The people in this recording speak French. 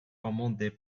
commandé